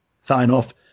sign-off